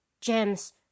gems